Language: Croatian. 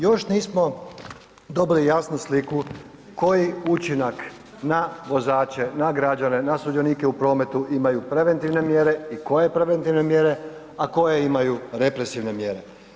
Još nismo dobili jasnu sliku koji učinak na vozače, na građane, na sudionike u prometu imaju preventivne mjere i koje preventivne mjere, a koje imaju represivne mjere.